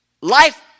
life